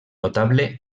notable